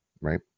right